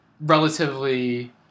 relatively